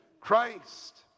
Christ